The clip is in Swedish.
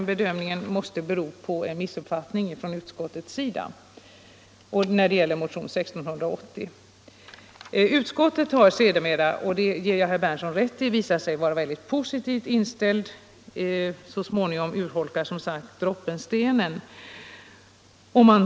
Den bedömningen måste bero på en missuppfattning av motionen 1680 från utskottets sida. Utskottet visar sig sedan — och det ger jag herr Berndtson rätt i — positivt inställt. Så småningom urholkar droppen stenen, som sagt.